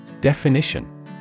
Definition